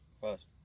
first